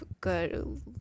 good